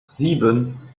sieben